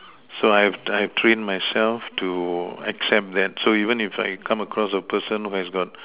so I have to I've trained myself to accept that so even if I come across a person who has got